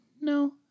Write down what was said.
No